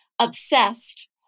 Obsessed